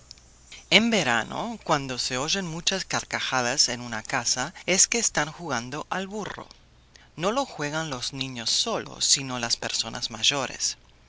en verano cuando se oyen muchas carcajadas en una casa es que están jugando al burro no lo juegan los niños sólo sino las personas mayores